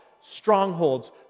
strongholds